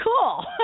cool